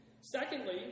Secondly